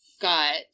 got